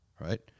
Right